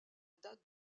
date